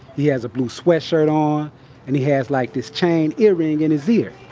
he has a blue sweatshirt on and he has like this chain earring in his ear.